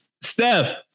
Steph